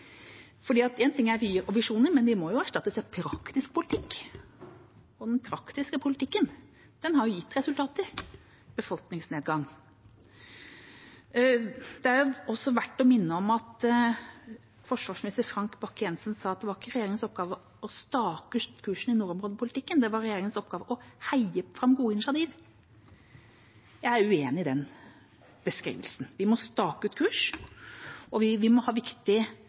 en ting er vyer og visjoner, men de må jo omsettes i praktisk politikk, og den praktiske politikken har jo gitt resultater: befolkningsnedgang. Det er også verdt å minne om at forsvarsminister Frank Bakke-Jensen sa at det ikke var regjeringens oppgave å stake ut kursen i nordområdepolitikken; det var regjeringens oppgave å heie fram gode initiativ. Jeg er uenig i den beskrivelsen. Vi må stake ut en kurs, og vi må ha viktige